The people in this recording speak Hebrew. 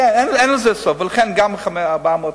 אין לזה סוף, ולכן גם 400 שקל,